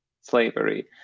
slavery